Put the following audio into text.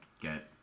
get